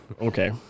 Okay